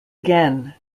again